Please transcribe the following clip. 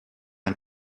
ein